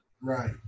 right